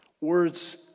words